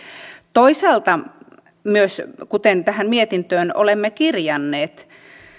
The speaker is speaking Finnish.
toisaalta myös kuten tähän mietintöön olemme kirjanneet